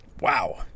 wow